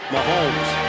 Mahomes